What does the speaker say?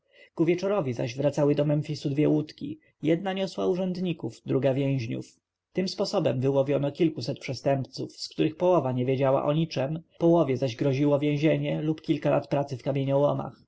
wieczorowi zaś wracały do memfisu dwie łódki jedna niosła urzędników druga więźniów tym sposobem wyłowiono kilkuset przestępców z których połowa nie wiedziała o niczem połowie zaś groziło więzienie lub kilka lat pracy w kamieniołomach